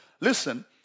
listen